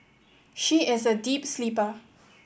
she is a deep sleeper